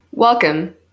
Welcome